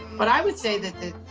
but i would say that the